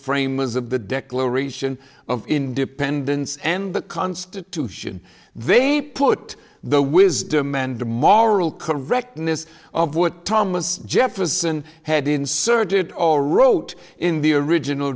of the declaration of independence and the constitution they put the wisdom and the moral correctness of what thomas jefferson had inserted or wrote in the original